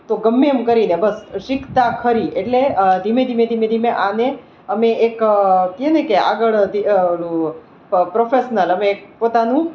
તો ગમે એમ કરીને બસ શિખતા ખરી એટલે ધીમે ધીમે ધીમે ધીમે આને અમે એક કે ને કે આગળ ધી પ્રોફેશનલ અમે એક પોતાનું